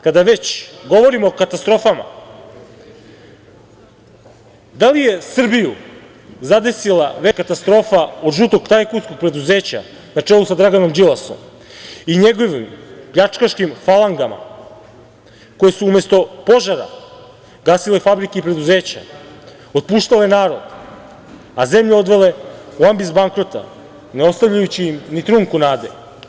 Kada već govorimo o katastrofama, da li je Srbiju zadesila veća katastrofa od žutog tajkunskog preduzeća, na čelu sa Draganom Đilasom i njegovim pljačkaškim falangama, koje su umesto požara gasile fabrike i preduzeća, otpuštale narod a zemlju odvele u ambis bankrota, ne ostavljajući im ni trunku nade?